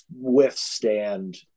withstand